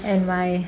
and my